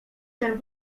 ten